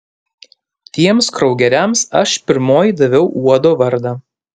tiems kraugeriams aš pirmoji daviau uodo vardą